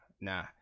nah